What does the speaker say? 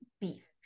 beef